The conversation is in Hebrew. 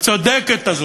הצודקת הזאת.